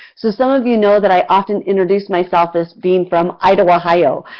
so some of you know that i often introduce myself as being from idawahio.